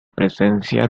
presencia